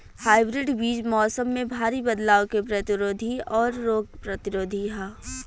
hybrid बीज मौसम में भारी बदलाव के प्रतिरोधी और रोग प्रतिरोधी ह